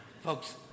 Folks